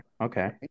okay